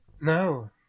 No